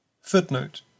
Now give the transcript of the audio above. Footnote